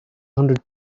hundred